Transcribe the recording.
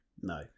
No